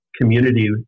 community